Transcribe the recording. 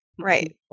Right